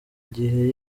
igihe